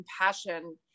compassion